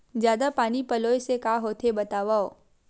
जादा पानी पलोय से का होथे बतावव?